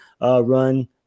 run